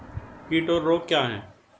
कीट और रोग क्या हैं?